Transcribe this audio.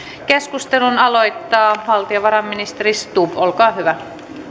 keskustelun aloittaa valtiovarainministeri stubb olkaa hyvä